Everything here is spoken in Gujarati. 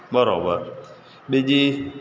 બરાબર બીજી